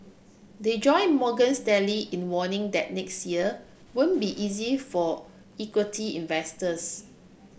they join Morgan Stanley in warning that next year won't be easy for equity investors